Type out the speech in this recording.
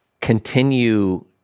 continue